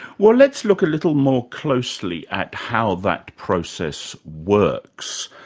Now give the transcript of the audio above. well, let's look a little more closely at how that process works.